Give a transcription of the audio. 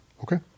okay